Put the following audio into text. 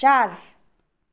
चार